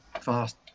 fast